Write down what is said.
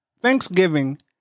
Thanksgiving